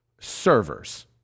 servers